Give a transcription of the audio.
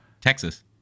Texas